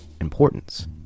importance